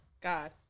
god